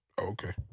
Okay